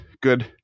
good